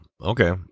Okay